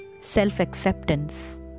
self-acceptance